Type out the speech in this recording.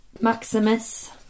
Maximus